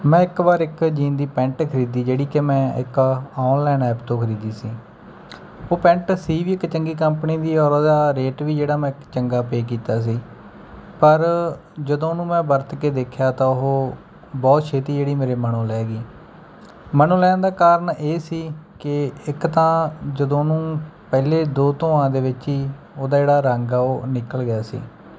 ਮੈਂ ਇੱਕ ਵਾਰ ਇੱਕ ਜੀਨ ਦੀ ਪੈਂਟ ਖਰੀਦੀ ਜਿਹੜੀ ਕਿ ਮੈਂ ਇੱਕ ਔਨਲਾਈਨ ਐਪ ਤੋਂ ਖਰੀਦੀ ਸੀ ਉਹ ਪੈਂਟ ਸੀ ਵੀ ਇੱਕ ਚੰਗੀ ਕੰਪਨੀ ਦੀ ਔਰ ਉਹਦਾ ਰੇਟ ਵੀ ਜਿਹੜਾ ਮੈਂ ਚੰਗਾ ਪੇ ਕੀਤਾ ਸੀ ਪਰ ਜਦੋਂ ਉਹਨੂੰ ਮੈਂ ਵਰਤ ਕੇ ਦੇਖਿਆ ਤਾਂ ਉਹ ਬਹੁਤ ਛੇਤੀ ਜਿਹੜੀ ਮੇਰੇ ਮਨੋ ਲਹਿ ਗਈ ਮਨੋ ਲਹਿਣ ਦਾ ਕਾਰਨ ਇਹ ਸੀ ਕਿ ਇੱਕ ਤਾਂ ਜਦੋਂ ਉਹਨੂੰ ਪਹਿਲੇ ਦੋ ਧੋਆਂ ਦੇ ਵਿੱਚ ਹੀ ਉਹਦਾ ਜਿਹੜਾ ਰੰਗ ਆ ਉਹ ਨਿਕਲ ਗਿਆ ਸੀ